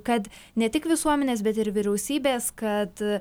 kad ne tik visuomenės bet ir vyriausybės kad